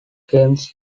games